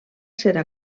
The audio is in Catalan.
serà